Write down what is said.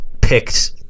picked